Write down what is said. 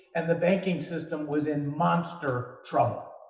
and the banking system was in monster trouble.